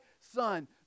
son